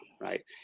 Right